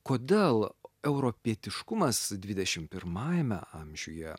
kodėl europietiškumas dvidešim pirmajame amžiuje